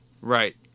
Right